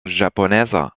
japonaise